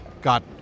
got